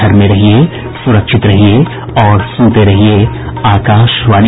घर में रहिये सुरक्षित रहिये और सुनते रहिये आकाशवाणी